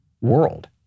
world